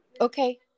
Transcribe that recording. okay